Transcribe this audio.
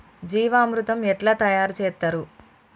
జీవామృతం ఎట్లా తయారు చేత్తరు?